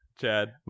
Chad